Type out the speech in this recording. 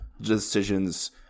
decisions